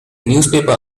newspaper